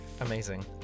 amazing